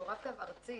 רב קו ארצי,